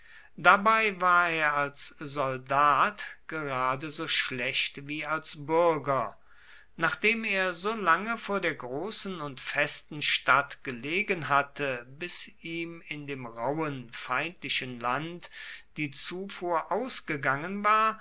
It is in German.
dabei war er als soldat gerade so schlecht wie als bürger nachdem er so lange vor der großen und festen stadt gelegen hatte bis ihm in dem rauhen feindlichen land die zufuhr ausgegangen war